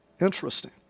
Interesting